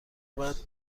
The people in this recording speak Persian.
بعد